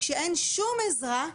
כשאין שום עזרה מהמדינה.